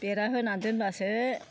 बेरा होना दोनबासो